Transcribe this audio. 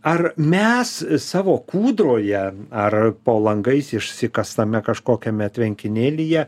ar mes savo kūdroje ar po langais išsikastame kažkokiame tvenkinėlyje